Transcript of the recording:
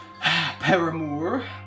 paramour